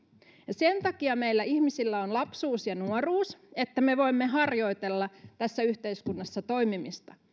sen takia meillä ihmisillä on lapsuus ja nuoruus että me voimme harjoitella tässä yhteiskunnassa toimimista